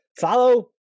Follow